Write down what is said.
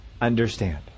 understand